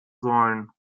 sollen